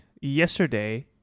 yesterday